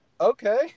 okay